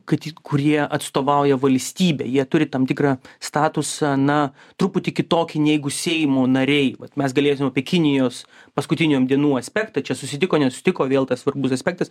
kad ti kurie atstovauja valstybę jie turi tam tikrą statusą na truputį kitokį neigu seimo nariai vat mes galėsim apie kinijos paskutiniom dienų aspektą čia susitiko nesutiko vėl tas svarbus aspektas